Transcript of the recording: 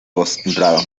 postgrado